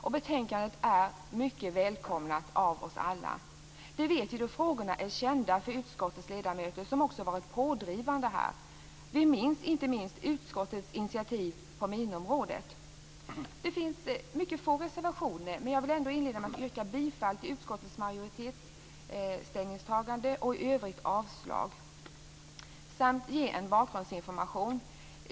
Betänkandet är mycket välkomnat av oss alla. Frågorna är kända för utskottets ledamöter, som också varit pådrivande. Vi minns inte minst utskottets initiativ på minområdet. Det finns mycket få reservationer, men jag vill ändå inleda med att yrka bifall till utskottets majoritets ställningstagande och i övrigt avslag samt ge en bakgrundsinformation.